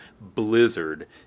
blizzard